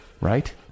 Right